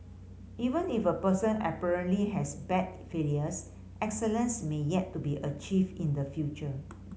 even if a person apparently has bad failures excellence may yet to be achieved in the future